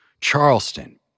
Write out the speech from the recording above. Charleston